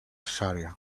shariah